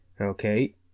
okay